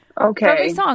Okay